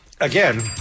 Again